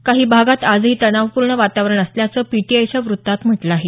काही भागात आजही तणावपूर्ण वातावरण असल्याचं पीटीआयच्या वृत्तात म्हटलं आहे